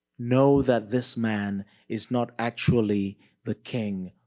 know that this man is not actually the king,